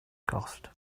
cost